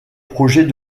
projet